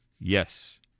Yes